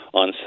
on